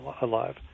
alive